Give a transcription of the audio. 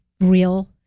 real